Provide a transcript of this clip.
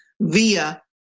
via